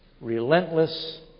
relentless